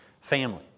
family